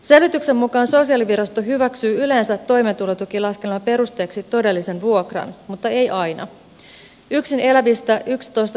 selvityksen mukaan sosiaalivirasto hyväksyy yleensä toimeentulotukilaskelman perusteeksi todellisen vuokran mutta ei aina